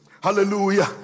hallelujah